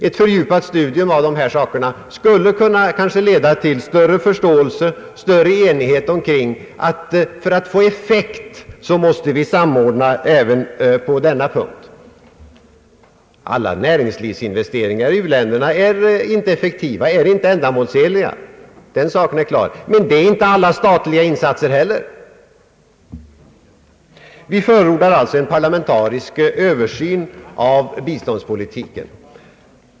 Ett fördjupat studium skulle kanske leda till större förståelse för att vi måste få samordna även på denna punkt för att få effekt. Inte alla näringslivsinvesteringar i uländerna är effektiva och ändamålsenliga, den saken är klar, men det är inte alla statliga insatser heller. Vi förordar alltså en parlamentarisk översyn av biståndspolitiken.